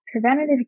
preventative